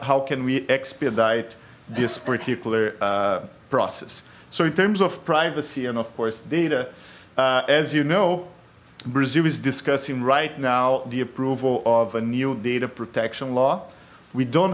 how can we expedite this particular process so in terms of privacy and of course data as you know brazil is discussing right now the approval of a new data protection law we don't